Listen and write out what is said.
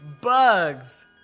bugs